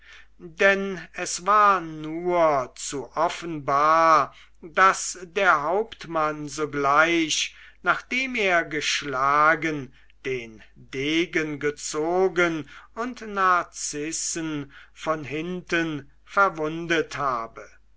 denn es war nur zu offenbar daß der hauptmann sogleich nachdem er geschlagen den degen gezogen und narzissen von hinten verwundet habe